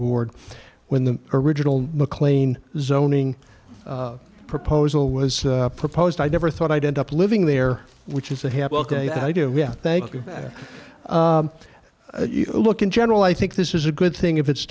board when the original mclane zoning proposal was proposed i never thought i'd end up living there which is to have ok i do yeah thank you look in general i think this is a good thing if it's